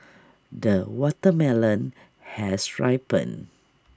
the watermelon has ripened